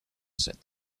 said